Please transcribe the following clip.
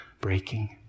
breaking